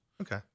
Okay